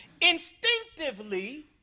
Instinctively